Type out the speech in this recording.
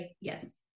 yes